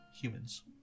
humans